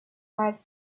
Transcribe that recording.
heart